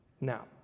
now